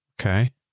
Okay